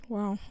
Wow